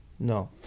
No